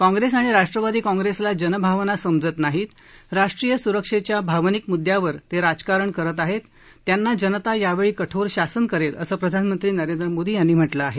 काँप्रेस आणि राष्ट्रवादी काँप्रेसला जनभावना समजत नाहीत राष्टीय सुरक्षेच्या भावनिक मुद्यावर ते राजकारण करत आहेत त्यांना जनता यावेळी कठोर शासन करेल असं प्रधानमंत्री नरेंद्र मोदी यांनी म्हटलं आहे